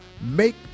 Make